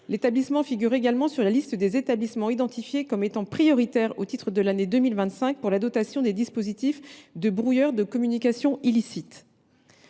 pénitentiaire figure également sur la liste des établissements identifiés comme étant prioritaires au titre de l’année 2025 pour la dotation des dispositifs de brouillage de communications illicites.